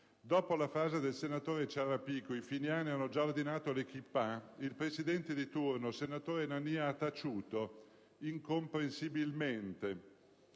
Dopo la frase del senatore Ciarrapico: «I finiani hanno già ordinato le *kippah*», il presidente di turno, senatore Nania, ha taciuto, incomprensibilmente.